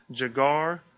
Jagar